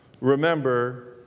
remember